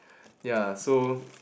ya so